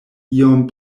iom